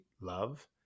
love